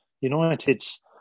United's